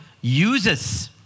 uses